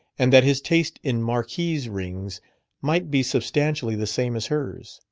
and that his taste in marquise rings might be substantially the same as hers.